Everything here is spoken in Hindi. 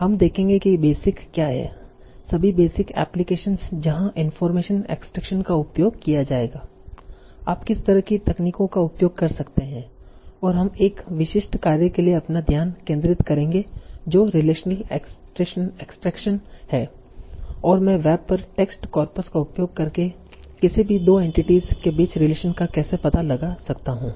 हम देखेंगे कि बेसिक क्या हैं सभी बेसिक एप्लीकेशनस जहां इनफार्मेशन एक्सट्रैक्शन का उपयोग किया जाएगा आप किस तरह की तकनीकों का उपयोग कर सकते हैं और हम एक विशिष्ट कार्य के लिए हमारा ध्यान केंद्रित करेंगे जो रिलेशनल एक्सट्रैक्शन है और मैं वेब पर टेक्स्ट कॉर्पस का उपयोग करके किसी भी 2 एंटिटीस के बीच रिलेशन का कैसे पता लगा सकता हूं